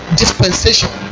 dispensation